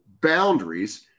boundaries